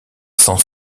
sans